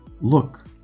look